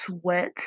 sweat